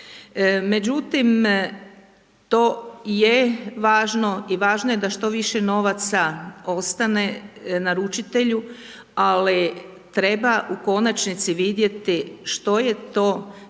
Međutim, to je važno i važno je da što više novaca ostane naručitelju, ali treba u konačnici vidjeti što je to da